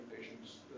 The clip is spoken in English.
patients